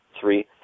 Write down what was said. three